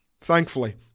Thankfully